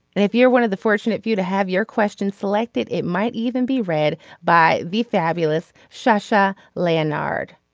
and if you're one of the fortunate few to have your questions selected it might even be read by the fabulous sasha lennard.